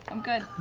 i'm good.